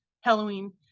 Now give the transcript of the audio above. halloween